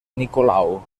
nicolau